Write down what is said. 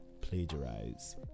plagiarize